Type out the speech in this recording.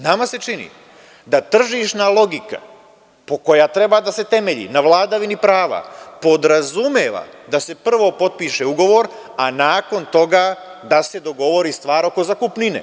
Nama se čini da, tržišna logika koja treba da se temelji na vladavini prava, podrazumeva da se prvo potpiše ugovor, a nakon toga da se dogovori stvar oko zakupnine.